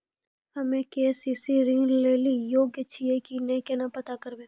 हम्मे के.सी.सी ऋण लेली योग्य छियै की नैय केना पता करबै?